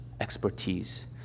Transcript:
expertise